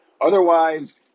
Otherwise